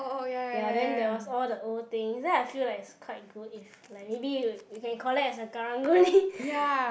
ya then there was all the old things then I feel like it's quite good if like maybe you you can collect as a Karang-Guni